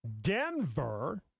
Denver